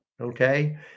Okay